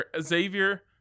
Xavier